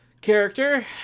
character